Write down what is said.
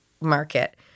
market